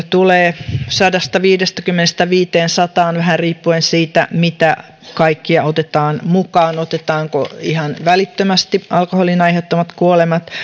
tulee sadastaviidestäkymmenestä viiteensataan riippuen siitä mitä kaikkia otetaan mukaan otetaanko ihan välittömästi alkoholin aiheuttamat kuolemat